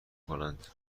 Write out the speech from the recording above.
کنند